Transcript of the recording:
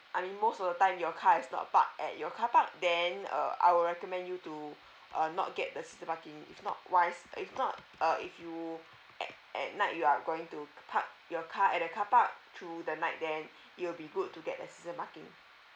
I mean most of the time your car is not park at your car park then uh I will recommend you to uh not get the season parking if not wise if not uh if you at at night you are going to c~ park your car at the carpark through the night then it will be good to get the season parking